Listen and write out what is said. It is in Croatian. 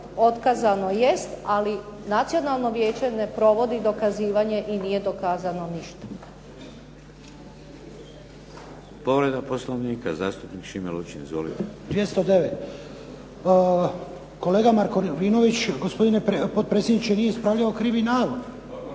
Otkazano jest, ali Nacionalno vijeće ne provodi dokazivanje i nije dokazano ništa.